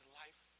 life